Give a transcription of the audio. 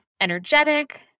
energetic